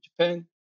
Japan